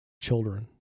children